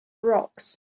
rocks